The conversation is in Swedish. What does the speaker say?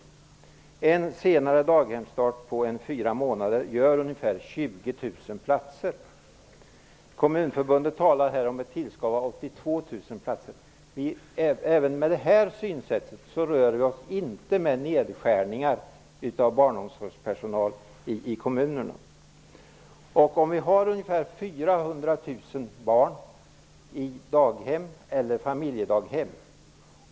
Att lägga daghemsstarten fyra månader senare ger ungefär 20 000 platser. Kommunförbundet talar här om ett tillskott på 82 000 platser. Även med det här synsättet handlar det inte om nedskärningar av barnomsorgspersonal i kommunerna. Vi har ungefär 400 000 barn på daghem eller i familjedaghem.